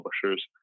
publishers